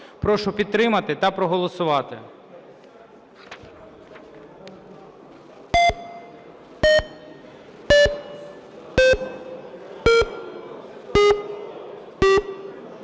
Прошу підтримати та проголосувати.